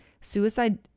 Suicide